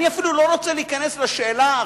אני אפילו לא רוצה להיכנס עכשיו,